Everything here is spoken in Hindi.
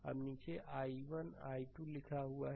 अब नीचे i1i2 लिखा है